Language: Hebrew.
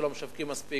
שלא משווקים מספיק,